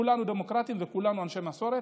כולנו דמוקרטים וכולנו אנשי מסורת,